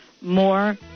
more